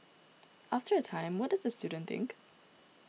after a time what does the student think